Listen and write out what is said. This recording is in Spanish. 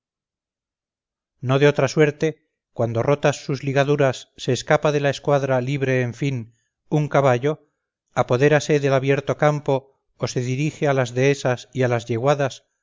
no de otra suerte cuando rotas sus ligaduras se escapa de la cuadra libre en fin un caballo apodérase del abierto campo o se dirige a las dehesas y a las yeguadas